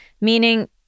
meaning